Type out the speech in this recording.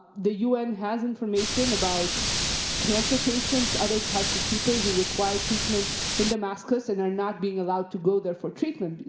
the un has information about cancer patients, other types of people who require treatment in damascus and are not being allowed to go there for treatment.